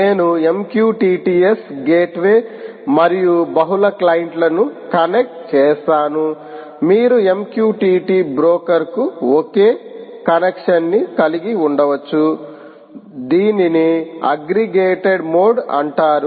నేను MQTT S gateway మరియు బహుళ క్లయింట్ల ను కనెక్ట్ చేస్తాను మీరు MQTT బ్రోకర్ కు ఒకే కనెక్షన్ని కలిగి ఉండవచ్చు దీనిని అగ్రిగేటెడ్ మోడ్ అంటారు